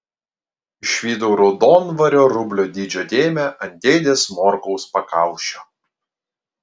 išvydau raudonvario rublio dydžio dėmę ant dėdės morkaus pakaušio